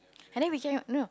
and then we can no